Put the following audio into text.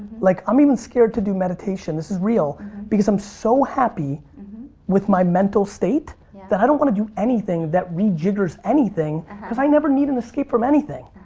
like, i'm even scared to do meditation, this is real because i'm so happy with my mental state that i don't anything that rejiggers anything cause i never need an escape from anything.